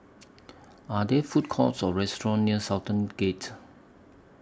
Are There Food Courts Or restaurants near Sultan Gate